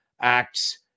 acts